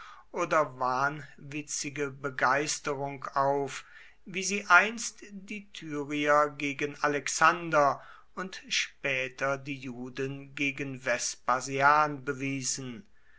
oder wahnwitzige begeisterung auf wie sie einst die tyrier gegen alexander und später die juden gegen vespasian bewiesen